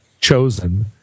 chosen